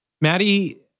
Maddie